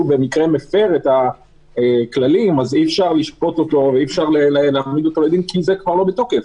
במקרה מפר את הכללים אי אפשר להעמיד אותו לדין כי זה כבר לא בתוקף,